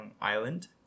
Island